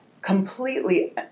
completely